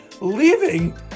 leaving